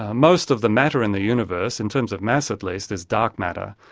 most of the matter in the universe, in terms of mass at least, is dark matter,